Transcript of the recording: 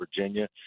Virginia